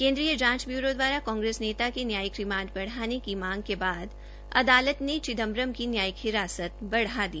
केन्द्रीय जांच ब्यूरों द्वारा कांग्रेस नेता के न्यायिक रिमांड बढ़ाने मांग के बाद अदालत ने चिदम्रम की न्यायिक हिरासत बढ़ा दी